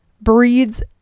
breeds